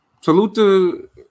salute